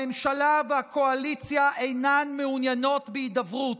הממשלה והקואליציה אינן מעוניינות בהידברות,